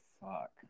fuck